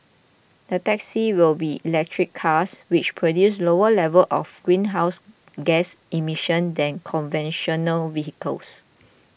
the taxis will be electric cars which produce lower levels of greenhouse gas emissions than conventional vehicles